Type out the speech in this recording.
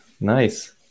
nice